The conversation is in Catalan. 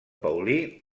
paulí